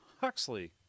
Huxley